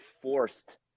forced